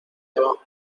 abajo